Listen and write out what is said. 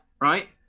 right